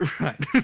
right